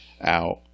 out